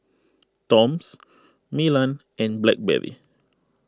Toms Milan and Blackberry